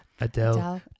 adele